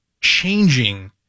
changing